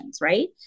right